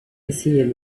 essayer